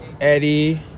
Eddie